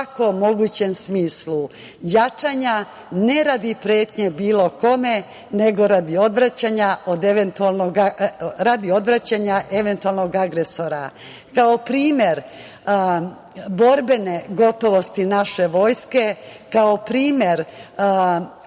u svakom mogućem smislu, jačanja ne radi pretnje bilo kome, nego radi odvraćanja eventualnog agresora. Kao primer borbene gotovosti naše vojske, kao primer